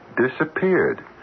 disappeared